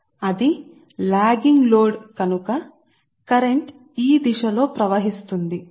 ప్రారంభంలో P లేనప్పుడు అది లాగింగ్ లోడ్ కంటే తక్కువ కరెంటు ఈ దిశ లో ప్రవహిస్తుంది